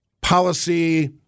policy